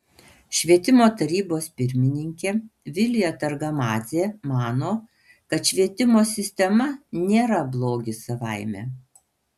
švietimo tarybos pirmininkė vilija targamadzė mano kad švietimo sistema nėra blogis savaime